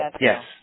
Yes